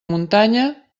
muntanya